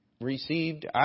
received